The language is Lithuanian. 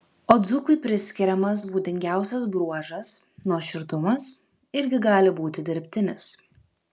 o dzūkui priskiriamas būdingiausias bruožas nuoširdumas irgi gali būti dirbtinis